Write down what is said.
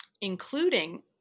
including